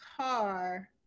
car